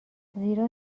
زیرا